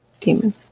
Demon